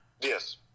Yes